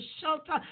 shelter